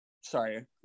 sorry